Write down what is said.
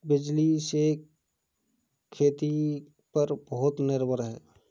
बिजली से खेती पर बहुत निर्भर है